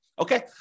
okay